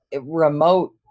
remote